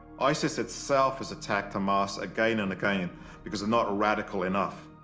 isis itself has attacked hamas again and again because they're not radical enough.